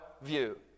view